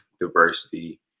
diversity